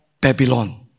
Babylon